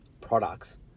products